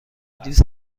دوست